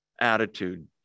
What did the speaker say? attitude